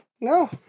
No